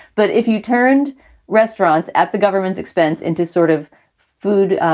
but if you turned restaurants at the government's expense into sort of food